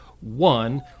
One